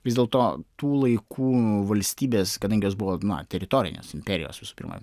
vis dėlto tų laikų valstybės kadangi jos buvo na teritorinės imperijos visų pirma